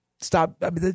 Stop